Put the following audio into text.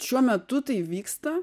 šiuo metu tai vyksta